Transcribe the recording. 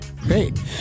Great